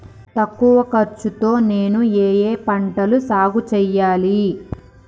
తక్కువ ఖర్చు తో నేను ఏ ఏ పంటలు సాగుచేయాలి?